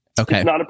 Okay